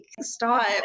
stop